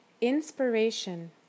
inspiration